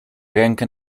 rękę